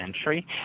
entry